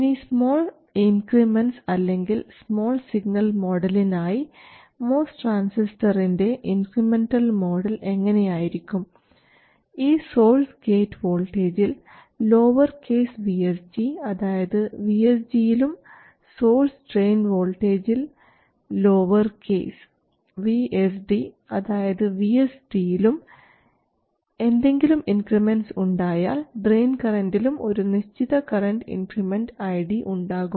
ഇനി small increments അല്ലെങ്കിൽ small signal മോഡലിനായി മോസ് ട്രാൻസിസ്റ്ററിൻറെ ഇൻക്രിമെൻറൽ മോഡൽ എങ്ങനെയായിരിക്കും ഈ സോഴ്സ് ഗേറ്റ് വോൾട്ടേജിൽ ലോവർ കേസ് V SG അതായത് vSG യിലും സോഴ്സ് ഡ്രയിൻ വോൾട്ടേജിൽ ലോവർ കേസ് V SD അതായത് vSD യിലും എന്തെങ്കിലും ഇൻക്രിമെൻറ്സ് ഉണ്ടായാൽ ഡ്രയിൻ കറൻറിലും ഒരു നിശ്ചിത കറൻറ് ഇൻക്രിമെൻറ് iD ഉണ്ടാകും